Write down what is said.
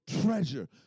treasure